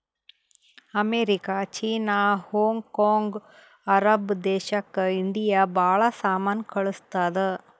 America, China, Hong Kong, Arab ದೇಶಕ್ India ಭಾಳ ಸಾಮಾನ್ ಕಳ್ಸುತ್ತುದ್